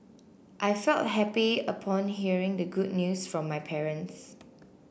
I felt happy upon hearing the good news from my parents